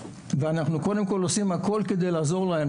ואנחנו קודם כל עושים הכל כדי לעזור להם.